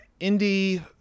indie